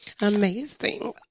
amazing